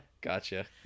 Gotcha